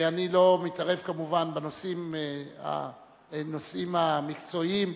אני לא מתערב, כמובן, בנושאים המקצועיים.